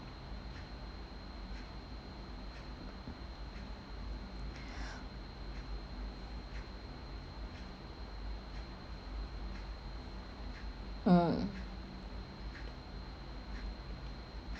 mm